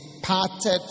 departed